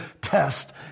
test